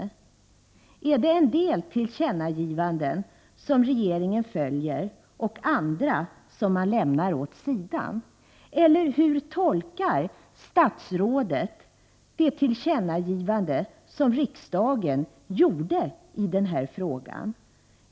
Är det en del tillkännagivanden som regeringen följer och andra som man lämnar åt sidan? Eller hur tolkar statsrådet det tillkännagivande som riksdagen gjorde i den här frågan?